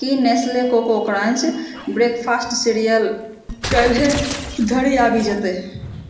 की Nestle Koko Krunch breakfast cereal काल्हि धरि आबि जयतै